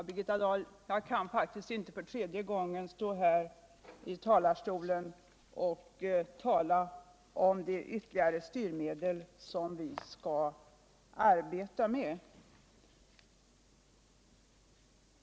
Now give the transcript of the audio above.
Herr talman! Jag kan faktiskt inte, Birgitta Dahl. för tredje gången stå här i talarstolen och upprepa vad jag redan sagt om de viuerligare styrmedel som vi skall arbeta med.